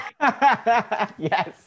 Yes